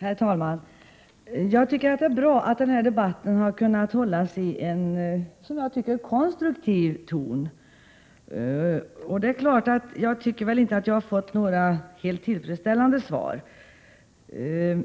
Herr talman! Jag anser att det är bra att den här debatten har kunnat hållas i en som jag tycker konstruktiv ton. Jag tycker väl inte att jag har fått några helt tillfredsställande svar,